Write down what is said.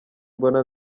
mbona